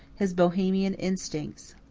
his bohemian instincts.